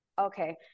okay